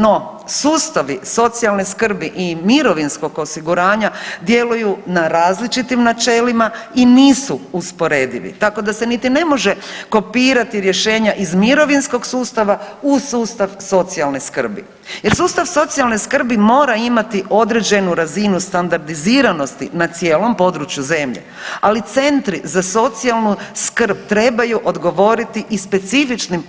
No sustavi socijalne skrbi i mirovinskog osiguranja djeluju na različitim načelima i nisu usporedivi, tako da se niti ne može kopirati rješenja iz mirovinskog sustava u sustav socijalne skrbi jer sustav socijalne skrbi mora imati određenu razinu standardiziranosti na cijelom području zemlje, ali centri za socijalnu skrb trebaju odgovoriti i specifičnim